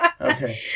Okay